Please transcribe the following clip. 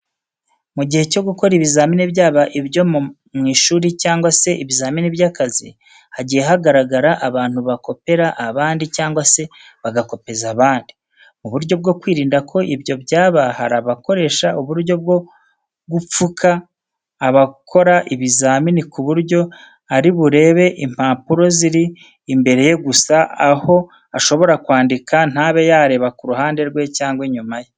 Mu gihe cyo gukora ibizamini byaba ibyo mu ishuri cyangwa se ibizamini by'akazi, hagiye hagaragara abantu bakopera abandi cyangwa se bagakopeza abandi. Mu buryo bwo kwirinda ko ibyo byaba hari abakoresha uburyo bwo gupfuka abakora ibizamini ku buryo ari burebe impapuro zimuri imbere, gusa aho ashobora kwandika ntabe yareba ku ruhande rwe cyangwa inyuma ye.